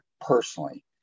personally